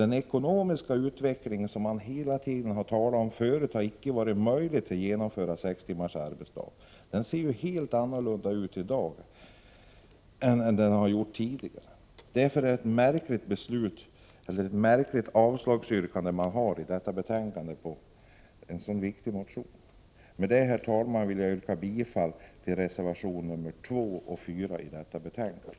Den ekonomiska utvecklingen, som hela tiden har sagts icke skulle möjliggöra ett genomförande av sex timmars arbetsdag, ser helt annorlunda uti dagän tidigare. Därför är yrkandet om avslag i detta betänkande på en så viktig motion märkligt. Med det, herr talman, vill jag yrka bifall till reservationerna 2 och 4 i detta betänkande.